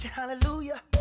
Hallelujah